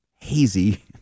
Hazy